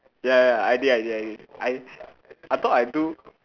ya ya I did I did I did I I thought I do